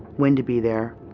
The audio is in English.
when to be there,